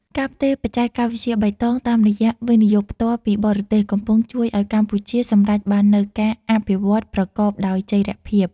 ការផ្ទេរបច្ចេកវិទ្យាបៃតង តាមរយៈ វិនិយោគផ្ទាល់ពីបរទេស កំពុងជួយឱ្យកម្ពុជាសម្រេចបាននូវការអភិវឌ្ឍប្រកបដោយចីរភាព។